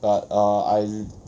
but err I